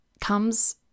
comes